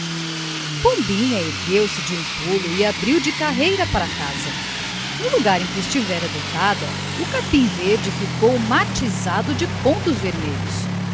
pombinha ergueu-se de um pulo e abriu de carreira para casa no lugar em que estivera deitada o capim verde ficou matizado de pontos vermelhos